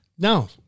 No